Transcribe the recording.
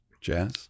Jazz